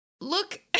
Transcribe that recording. Look